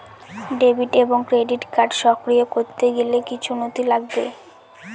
Debit এবং credit card সক্রিয় করতে গেলে কিছু নথি লাগবে?